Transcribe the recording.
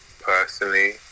personally